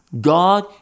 God